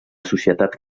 societat